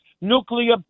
nuclear